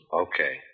Okay